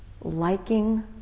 liking